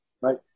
right